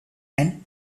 and